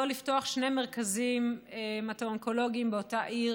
לפתוח שני מרכזים המטו-אונקולוגיים באותה עיר,